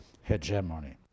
hegemony